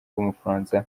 w’umufaransa